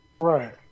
Right